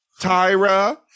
Tyra